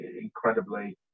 incredibly